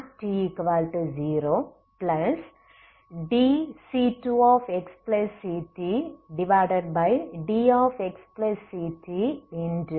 utx0என்பது என்ன